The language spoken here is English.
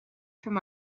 from